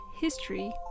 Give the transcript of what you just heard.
history